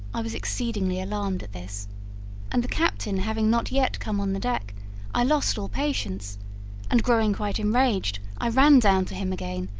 i was exceedingly alarmed at this and the captain having not yet come on the deck i lost all patience and, growing quite enraged, i ran down to him again,